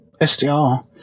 SDR